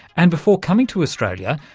and before coming to australia,